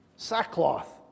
Sackcloth